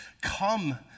Come